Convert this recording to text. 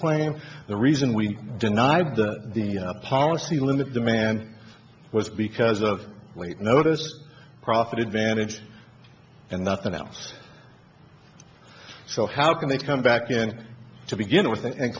claim the reason we deny the policy limit the man was because of late notice profit advantage and nothing else so how can they come back again to begin with and